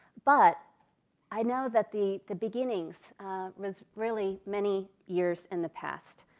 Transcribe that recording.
but i know that the the beginning was really many years in the past.